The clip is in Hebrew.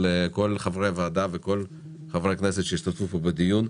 כל חברי הוועדה וכל חברי הכנסת שהשתתפו פה בדיון.